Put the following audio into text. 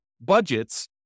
budgets